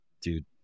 dude